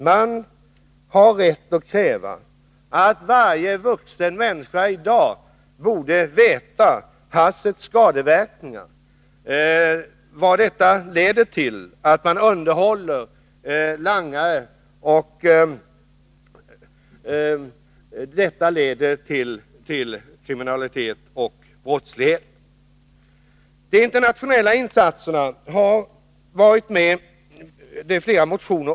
Man har rätt att kräva att varje vuxen människa i dag har klart för sig haschets skadeverkningar, att bruket av hasch leder till att man underhåller langare Nr 153 och att det leder till kriminalitet och brottslighet. Onsdagen den De internationella insatserna har tagits upp i flera motioner.